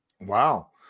wow